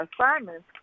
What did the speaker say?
assignments